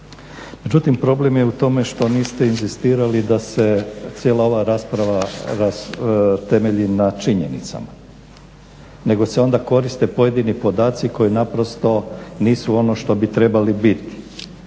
Međutim, problem je u tome što niste inzistirali da se cijela ova rasprava temelji na činjenicama nego se onda koriste pojedini podaci koji naprosto nisu ono što bi trebali biti.